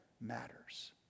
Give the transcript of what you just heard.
matters